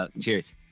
cheers